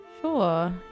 Sure